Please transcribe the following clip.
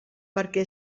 perquè